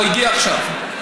היא לא הגיעה עכשיו.